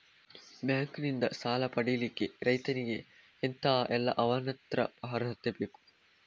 Bank ನಿಂದ ಸಾಲ ಪಡಿಲಿಕ್ಕೆ ರೈತನಿಗೆ ಎಂತ ಎಲ್ಲಾ ಅವನತ್ರ ಅರ್ಹತೆ ಬೇಕು?